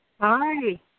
Hi